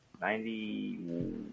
Ninety